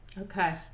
Okay